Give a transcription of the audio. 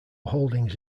holdings